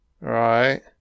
Right